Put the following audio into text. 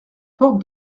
porte